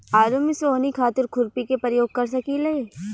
आलू में सोहनी खातिर खुरपी के प्रयोग कर सकीले?